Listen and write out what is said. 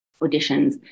auditions